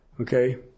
Okay